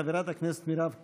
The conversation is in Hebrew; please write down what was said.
חברת הכנסת מירב כהן.